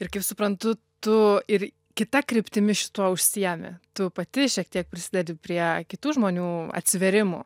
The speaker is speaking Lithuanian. ir kaip suprantu tu ir kita kryptimi šituo užsiemi tu pati šiek tiek prisidedi prie kitų žmonių atsivėrimų